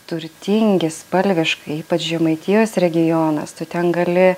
turtingi spalviškai ypač žemaitijos regionas tu ten gali